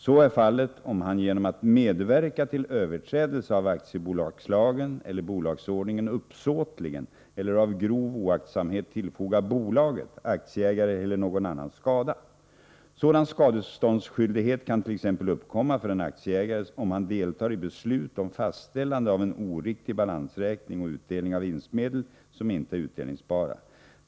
Så är fallet om han genom att medverka till överträdelse av aktiebolagslagen eller bolagsordningen uppsåtligen eller av grov oaktsamhet tillfogar bolaget, aktieägare eller någon annan skada. Sådan skadeståndsskyldighet kan t.ex. uppkomma för en aktieägare, om han deltar i beslut om fastställande av en oriktig balansräkning och utdelning av vinstmedel som inte är utdelningsbara.